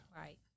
Right